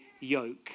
yoke